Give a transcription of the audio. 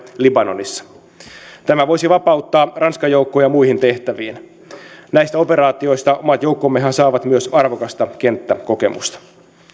libanonissa tämä voisi vapauttaa ranskan joukkoja muihin tehtäviin näistä operaatioista omat joukkommehan saavat myös arvokasta kenttäkokemusta